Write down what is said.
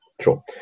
sure